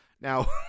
Now